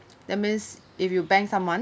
that means if you bang someone